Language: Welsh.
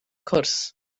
cwrs